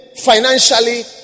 financially